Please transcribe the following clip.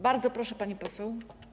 Bardzo proszę, pani poseł.